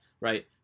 Right